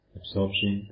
absorption